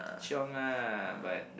chiong ah but